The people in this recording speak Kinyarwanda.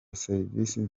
serivisi